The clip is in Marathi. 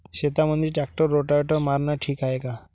शेतामंदी ट्रॅक्टर रोटावेटर मारनं ठीक हाये का?